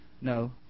No